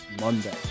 Monday